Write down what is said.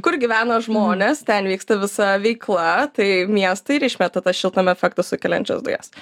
kur gyvena žmonės ten vyksta visa veikla tai miestai ir išmeta tą šiltnamio efektą sukeliančias dujas